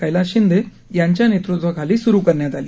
कैलास शिंदे यांच्या नेतृत्वाखाली सुरु करण्यात आली